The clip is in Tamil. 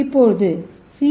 இப்போது சி